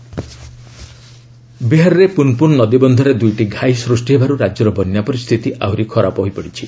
Bihar flood ବିହାରରେ ପୁନ୍ପୁନ୍ ନଦୀବନ୍ଧରେ ଦୁଇଟି ଘାଇ ସୃଷ୍ଟି ହେବାରୁ ରାଜ୍ୟର ବନ୍ୟା ପରିସ୍ଥିତି ଆହୁରି ଖରାପ ହୋଇପଡ଼ିଛି